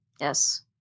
Yes